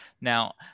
Now